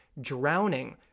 drowning